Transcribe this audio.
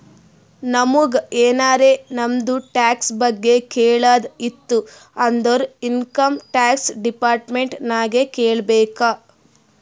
ನಮುಗ್ ಎನಾರೇ ನಮ್ದು ಟ್ಯಾಕ್ಸ್ ಬಗ್ಗೆ ಕೇಳದ್ ಇತ್ತು ಅಂದುರ್ ಇನ್ಕಮ್ ಟ್ಯಾಕ್ಸ್ ಡಿಪಾರ್ಟ್ಮೆಂಟ್ ನಾಗೆ ಕೇಳ್ಬೇಕ್